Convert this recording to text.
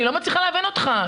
אני לא מצליחה להבין אותך.